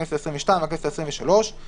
הכנסת העשרים ושתיים והכנסת העשרים ושלוש,